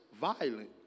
violent